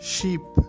Sheep